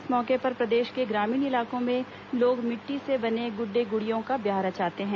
इस मौके पर प्रदेश के ग्रामीण इलाकों में लोग मिट्टी से बने गुड्डे गुड़ियों का ब्याह रचाते हैं